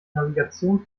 navigation